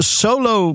solo